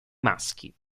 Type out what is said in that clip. maschi